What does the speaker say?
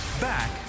Back